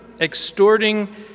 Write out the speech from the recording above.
extorting